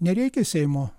nereikia seimo